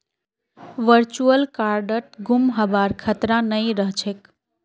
virtual कार्डत गुम हबार खतरा नइ रह छेक